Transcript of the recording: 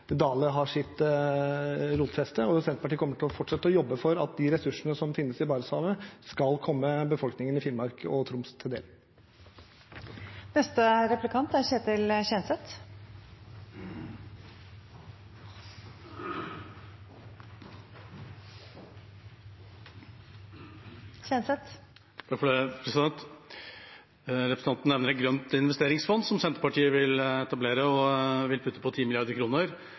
Dale har sitt rotfeste. Senterpartiet kommer til å fortsette å jobbe for at de ressursene som finnes i Barentshavet, skal komme befolkningen i Finnmark og Troms til del. Representanten nevner et grønt investeringsfond som Senterpartiet vil etablere og putte på 10 mrd. kr til. Jeg vil